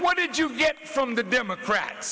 what did you get from the democrat